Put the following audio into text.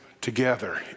together